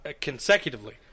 consecutively